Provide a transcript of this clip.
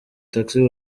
taxi